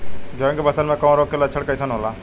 गेहूं के फसल में कवक रोग के लक्षण कइसन होला?